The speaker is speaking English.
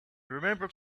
remembered